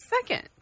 second